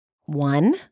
One